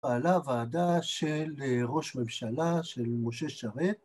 פעלה ועדה של ראש ממשלה של משה שרת